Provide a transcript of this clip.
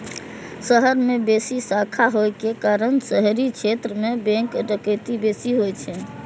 शहर मे बेसी शाखा होइ के कारण शहरी क्षेत्र मे बैंक डकैती बेसी होइ छै